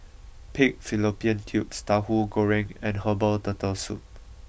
Pig Fallopian Tubes Tahu Goreng and Herbal Turtle Soup